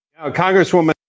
Congresswoman